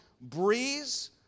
breeze